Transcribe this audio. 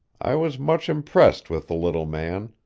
i was much impressed with the little man,